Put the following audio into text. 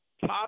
Top